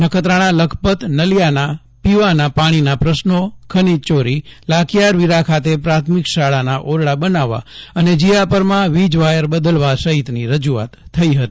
નખત્રાણા લખપત નલીયાના પીવાના પાણીના પ્રશ્નો ખનીજચોરી લાખીયાવીરા ખાતે પ્રાથમિક શાળાના ઓરડા બનાવવા અને જીયાપરમાં વીજવાયર બદલવા સહિતની રજૂઆત થઇ હતી